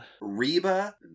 reba